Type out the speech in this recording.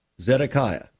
Zedekiah